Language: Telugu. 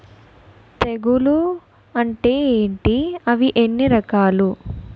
తెగులు అంటే ఏంటి అవి ఎన్ని రకాలు?